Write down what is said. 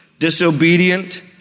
disobedient